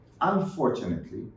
unfortunately